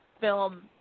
film